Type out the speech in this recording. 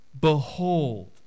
Behold